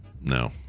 No